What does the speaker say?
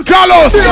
Carlos